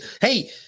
Hey